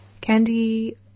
Candy